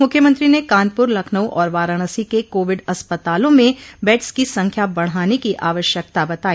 मुख्यमंत्री ने कानपुर लखनऊ और वाराणसी के कोविड अस्पतालों में बेड़स की संख्या बढ़ाने की आवश्यकता बताई